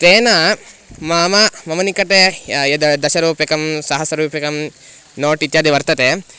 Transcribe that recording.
तेन मम मम निकटे यत् यत् दशरूप्यकं सहस्ररूप्यकं नोट् इत्यादि वर्तते